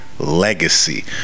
Legacy